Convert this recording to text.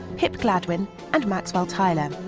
pip gladwin and maxwell tyler.